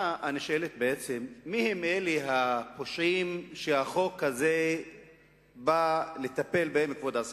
מה היא יכולה לעשות לו?